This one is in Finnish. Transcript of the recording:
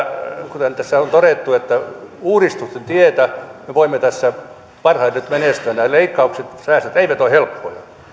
kuten tässä on todettu uudistusten tietä me voimme tässä parhaiten menestyä nämä leikkaukset säästöt eivät ole helppoja